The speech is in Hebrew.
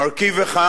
מרכיב אחד